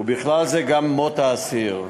ובכלל זה גם מות אסיר,